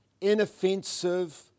inoffensive